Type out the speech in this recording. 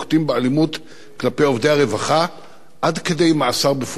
אלימות כלפי עובדי הרווחה עד כדי מאסר בפועל.